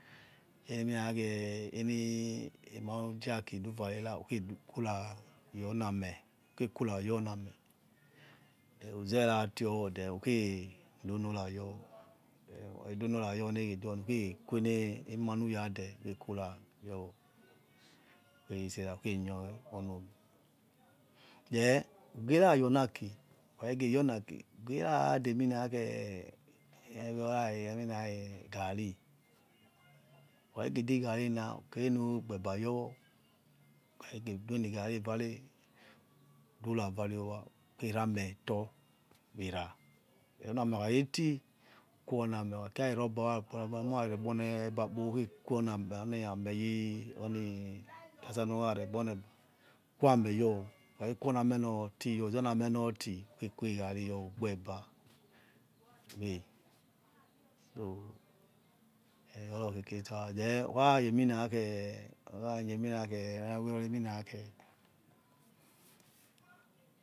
Eminakhe eni emanujoaki duvare ra ukhedu whokura ameh whoge kura yor name then uzeratio then ukhedonorayor whokhedonora your ukhe queni ema nuridi ukhe kura then uke nior oniomi then ugera yor ni aki who khagheyionaki who gera deminakhi emara re roni ani garri ukhakhegedi garri na nubgbe ba yor wor whokhegedu enigari yor whodura ravare ero ukera metor ona ameokhaketi okha kira ne robber rurare gbonie ebe emurane gbonie ba kpo ukhequa ameo your oni tasa nuraregbi one ebe quaneyor who khekhegor yor onor nime oti ukha ke zenor name oti ugui garri your who gbe eba then ukaye minakhe yemimakhe abowero khe.